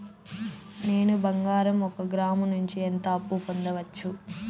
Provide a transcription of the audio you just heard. నేను బంగారం ఒక గ్రాము నుంచి ఎంత అప్పు పొందొచ్చు